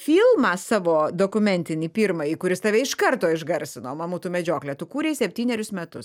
filmą savo dokumentinį pirmąjį kuris tave iš karto išgarsino mamutų medžioklė tu kūrei septynerius metus